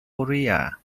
korea